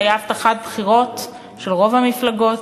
שהיה הבטחת בחירות של רוב המפלגות,